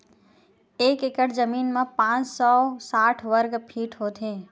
एक एकड़ जमीन मा पांच सौ साठ वर्ग फीट होथे